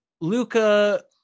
Luca